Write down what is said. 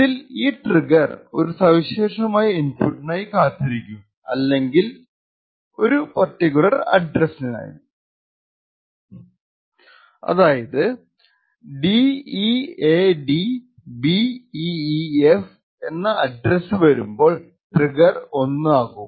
ഇതിൽ ഈ ട്രിഗർ ഒരു സവിശേഷമായ ഇൻപുട്ടിനായി കാത്തിരിക്കും അല്ലെങ്കിൽ അഡ്രസ്സ് 0xDEADBEEF ആകുമ്പോൾ ട്രിഗർ 1 ആകും